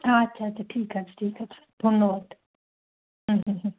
আচ্ছা আচ্ছা ঠিক আছে ঠিক আছে ধন্যবাদ হুম হুম হুম